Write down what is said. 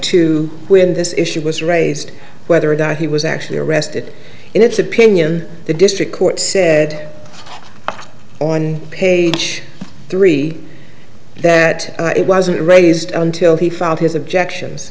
to when this issue was raised whether or not he was actually arrested in its opinion the district court said on page three that it wasn't raised until he filed his objections